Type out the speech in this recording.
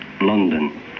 London